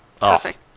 perfect